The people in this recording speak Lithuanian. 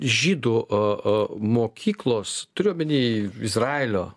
žydų a a mokyklos turiu omeny izraelio